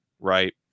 right